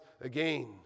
again